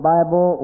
Bible